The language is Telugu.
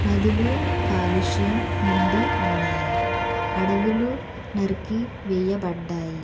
నదులు కాలుష్యం నిండి ఉన్నాయి అడవులు నరికి వేయబడ్డాయి